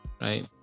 Right